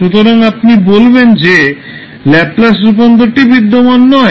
সুতরাং আপনি বলবেন যে ল্যাপলাস রূপান্তরটি বিদ্যমান নয়